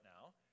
now